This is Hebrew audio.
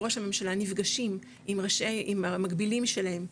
או ראש הממשלה נפגשים עם המקבילים שלהם,